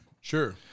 Sure